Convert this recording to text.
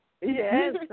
Yes